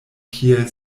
kiel